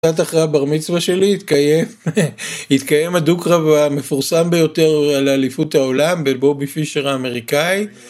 קצת אחרי הבר מצווה שלי, התקיים הדו קרב המפורסם ביותר על האליפות העולם בבובי פישר האמריקאי